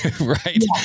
Right